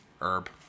herb